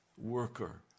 worker